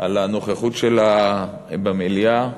על הנוכחות שלה במליאה,